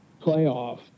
playoff